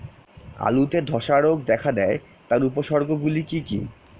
আলুতে ধ্বসা রোগ দেখা দেয় তার উপসর্গগুলি কি কি?